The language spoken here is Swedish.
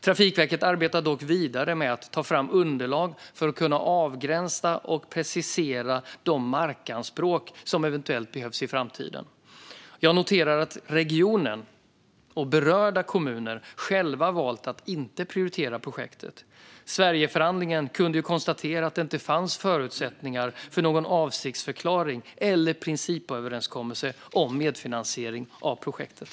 Trafikverket arbetar dock vidare med att ta fram underlag för att kunna avgränsa och precisera de markanspråk som eventuellt behövs i framtiden. Jag noterar att regionen och berörda kommuner själva valt att inte prioritera projektet. Sverigeförhandlingen kunde ju konstatera att det inte fanns förutsättningar för någon avsiktsförklaring eller principöverenskommelse om medfinansiering av projektet.